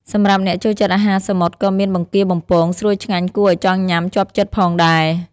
សម្រាប់អ្នកចូលចិត្តអាហារសមុទ្រ ក៏មាន បង្គាបំពង ស្រួយឆ្ងាញ់គួរឲ្យចង់ញ៉ាំជាប់ចិត្តផងដែរ។